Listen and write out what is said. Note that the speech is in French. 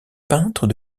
peintre